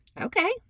okay